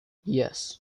yes